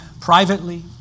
privately